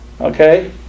okay